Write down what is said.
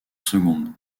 seconde